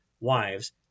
wives